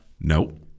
Nope